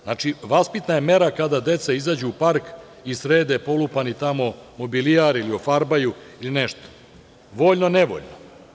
Znači, vaspitna je mera kada deca izađu u park i srede polupani tamo mobilijar ili ofarbaju nešto, voljno ili nevoljno.